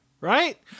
Right